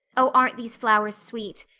oh, aren't these flowers sweet!